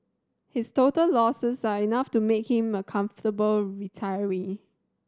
his total losses are enough to make him a comfortable retiree